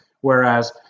whereas